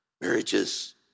Marriages